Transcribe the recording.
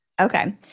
Okay